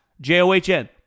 J-O-H-N